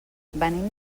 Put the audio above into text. venim